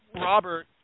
Robert